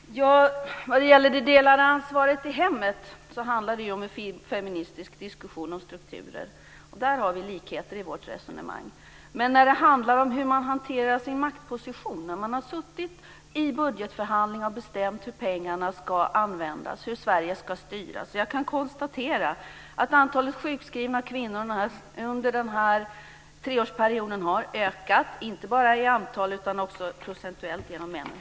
Fru talman! När det gäller det delade ansvaret i hemmet så handlar det ju om en feministisk diskussion om strukturer, och där har vi likheter i vårt resonemang. Men när det handlar om hur man hanterar sin maktposition när man har suttit i budgetförhandlingar och bestämt hur pengarna ska användas och hur Sverige ska styras så kan jag konstatera att antalet sjukskrivna kvinnor under denna treårsperiod har ökat, inte bara i antal utan också procentuellt.